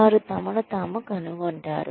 వారు తమను తాము కనుగొంటారు